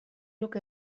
look